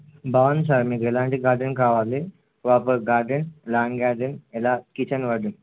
బావుంది సార్ మీకు ఎలాంటి గార్డెన్ కావాలి వాపర్ గార్డెన్ లాంగ్ గార్డెన్ ఇలా కిచెన్ వార్డెన్